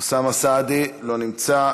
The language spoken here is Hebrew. אוסאמה סעדי, לא נמצא.